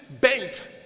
bent